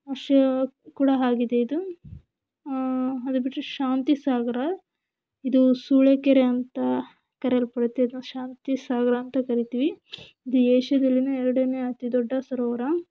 ಆಶ್ರಯ ಕೂಡ ಆಗಿದೆ ಇದು ಅದು ಬಿಟ್ಟರೆ ಶಾಂತಿಸಾಗರ ಇದು ಸೂಳೆಕೆರೆ ಅಂತ ಕರೆಯಲ್ಪಡುತ್ತೆ ಇದನ್ನು ಶಾಂತಿಸಾಗರ ಅಂತ ಕರೀತಿವಿ ಇದು ಏಷ್ಯಾದಲ್ಲಿಯೇ ಎರಡನೇ ಅತಿ ದೊಡ್ಡ ಸರೋವರ